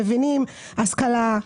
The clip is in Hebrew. מבינים השכלה,